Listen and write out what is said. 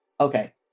Okay